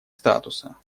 статуса